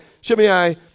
Shimei